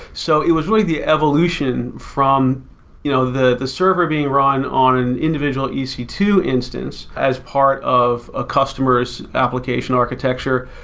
so it was really the evolution from you know the the server being run on an individual e c two instance as part of a customer's application architecture,